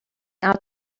out